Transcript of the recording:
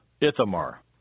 Ithamar